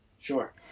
Sure